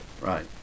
Right